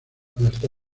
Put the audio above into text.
hasta